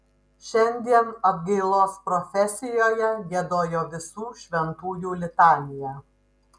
šiandien atgailos profesijoje giedojo visų šventųjų litaniją